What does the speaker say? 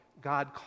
God